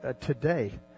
today